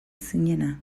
zinena